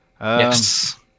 Yes